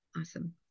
awesome